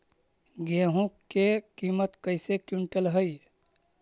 गेहू के किमत कैसे क्विंटल है?